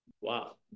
wow